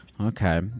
Okay